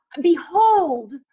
behold